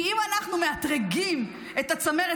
כי אם אנחנו מאתרגים את הצמרת,